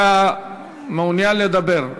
אתה מעוניין לדבר.